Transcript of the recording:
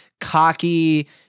cocky